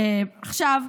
עכשיו,